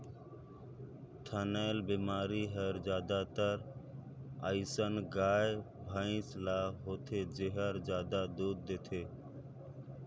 थनैल बेमारी हर जादातर अइसन गाय, भइसी ल होथे जेहर जादा दूद देथे